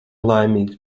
laimīgs